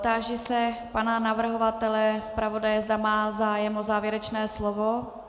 Táži se pana navrhovatele, zpravodaje, zda má zájem o závěrečné slovo.